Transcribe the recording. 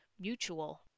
mutual